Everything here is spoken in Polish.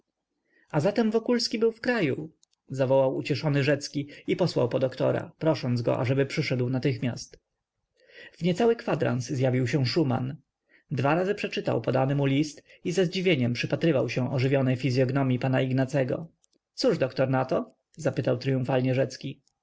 a zatem wokulski był w kraju zawołał ucieszony rzecki i posłał po doktora prosząc go ażeby przyszedł natychmiast w niecały kwadrans zjawił się szuman dwa razy przeczytał podany mu list i ze zdziwieniem przypatrywał się ożywionej fizyognomii pana ignacego cóż doktor na to zapytał tryumfalnie rzecki